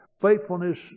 Faithfulness